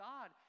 God